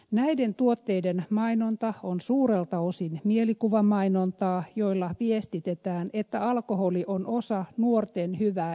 näiden tuotteiden mainonta on suurelta osin mielikuvamainontaa jolla viestitetään että alkoholi on osa nuorten hyvää elämää